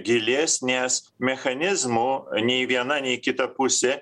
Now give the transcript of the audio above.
gilės nes mechanizmų nei viena nei kita pusė